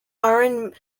arun